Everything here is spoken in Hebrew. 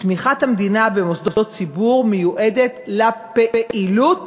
תמיכת המדינה במוסדות ציבור מיועדת לפעילות